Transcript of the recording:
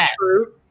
true